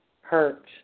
Hurt